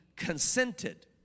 consented